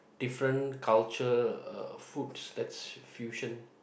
different culture uh foods that's fusion